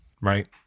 right